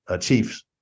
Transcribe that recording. chief's